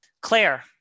Claire